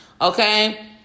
okay